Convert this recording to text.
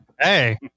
Hey